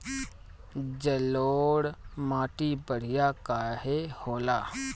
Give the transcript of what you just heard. जलोड़ माटी बढ़िया काहे होला?